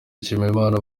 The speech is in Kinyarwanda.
nshimiyimana